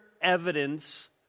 evidence